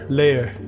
layer